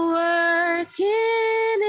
working